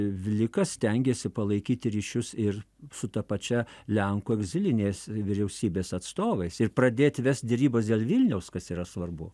vlikas stengėsi palaikyti ryšius ir su ta pačia lenkų egzilinės vyriausybės atstovais ir pradėt vest derybas dėl vilniaus kas yra svarbu